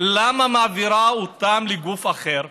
למה היא מעבירה אותה לגוף אחר,